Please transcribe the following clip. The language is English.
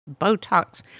Botox